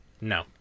No